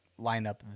lineup